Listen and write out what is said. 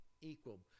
equal